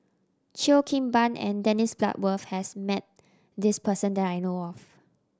Cheo Kim Ban and Dennis Bloodworth has met this person that I know of